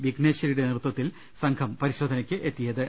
വിഘ്നേശ്വരിയുടെ നേതൃത്വത്തിൽ സംഘം പരിശോധനയ്ക്കെത്തിയത്